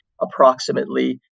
approximately